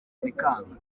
bikanga